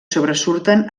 sobresurten